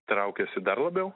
traukiasi dar labiau